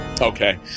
Okay